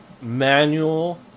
manual